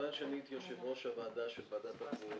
מכיוון שאני הייתי יושב ראש ועדת הפנים,